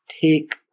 take